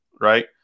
right